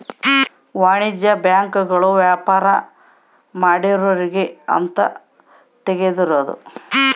ವಾಣಿಜ್ಯ ಬ್ಯಾಂಕ್ ಗಳು ವ್ಯಾಪಾರ ಮಾಡೊರ್ಗೆ ಅಂತ ತೆಗ್ದಿರೋದು